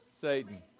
Satan